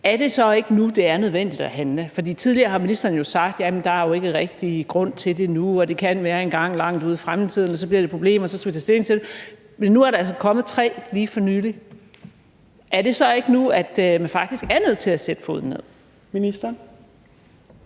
– så er nu, det er nødvendigt at handle. For tidligere har ministeren jo sagt, at jamen der er ikke rigtig grund til det nu, og det kan være engang langt ud i fremtiden, at det bliver et problem, og så skal vi tage stilling til det. Men nu er der altså kommet tre lige for nylig. Er det så ikke nu, at man faktisk er nødt til at sætte foden ned?